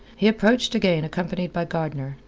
he approached again accompanied by gardner,